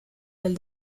del